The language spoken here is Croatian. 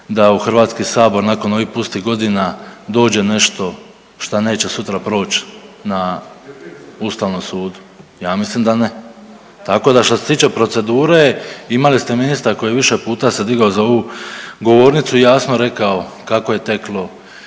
da u Hrvatski sabor nakon ovih pustih godina dođe nešto šta neće sutra proći na Ustavnom sudu. Ja mislim da ne. Tako da što se tiče procedure imali ste ministra koji više puta se digao za ovu govornicu i jasno rekao kako je teklo,